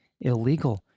illegal